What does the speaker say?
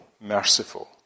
Merciful